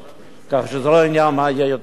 כך שזה לא עניין מה יהיה יותר זול.